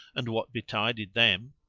and what betided them.